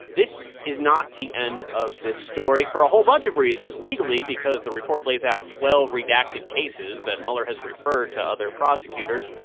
this is not the end of this story for a whole bunch of reasons legally because the report lays out twelve redacted cases that mueller has referred to other prosecutors.